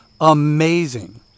amazing